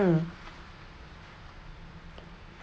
mm